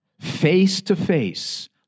Face-to-face